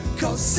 cause